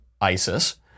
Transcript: ISIS